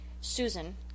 Susan